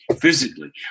physically